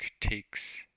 takes